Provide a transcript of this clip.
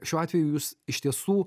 šiuo atveju jūs iš tiesų